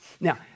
Now